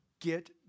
get